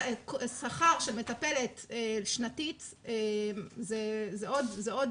שכר של מטפלת שנתית זה עוד תפקיד,